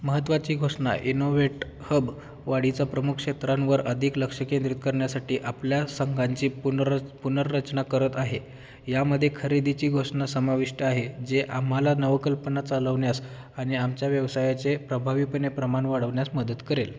महत्त्वाची घोषणा इनोवेटहब वाढीच्या प्रमुख क्षेत्रांवर अधिक लक्ष केंद्रित करण्यासाठी आपल्या संघांची पुनर्रच् पुनर्रचना करत आहे यामध्ये खरेदीची घोषणा समाविष्ट आहे जे आम्हाला नवकल्पना चालवण्यास आणि आमच्या व्यवसायाचे प्रभावीपणे प्रमाण वाढवण्यास मदत करेल